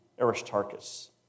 Aristarchus